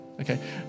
okay